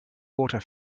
water